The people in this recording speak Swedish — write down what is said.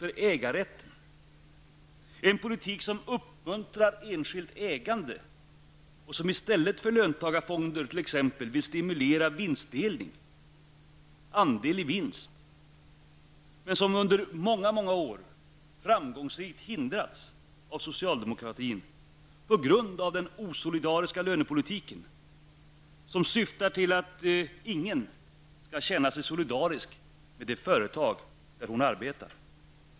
Det handlar om en politik som uppmuntrar till enskilt ägande. I stället för att ha t.ex. löntagarfonder skall vinstdelning stimuleras, dvs. detta med andel i vinst. Men under väldigt många år har en sådan politik framgångsrikt hindrats av socialdemokratin på grund av den osolidariska lönepolitik som syftar till att ingen skall känna sig solidarisk med det företag där vederbörande arbetar.